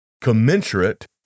commensurate